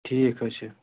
ٹھیٖک حظ چھُ